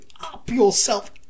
up-yourself